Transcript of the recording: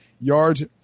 yards